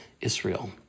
israel